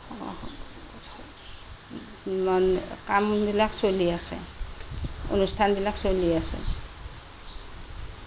কামবিলাক চলি আছে অনুষ্ঠানবিলাক চলি আছে